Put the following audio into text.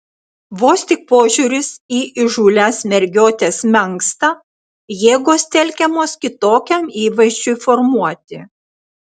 vos tik požiūris į įžūlias mergiotes menksta jėgos telkiamos kitokiam įvaizdžiui formuoti